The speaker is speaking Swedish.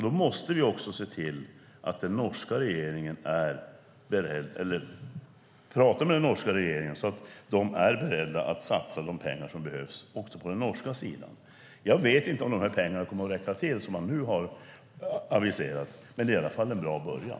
Då måste vi också se till att tala med den norska regeringen, så att man också på den norska sidan är beredd att satsa de pengar som behövs. Jag vet inte om de pengar som man nu har aviserat kommer att räcka till, men det är i alla fall en bra början.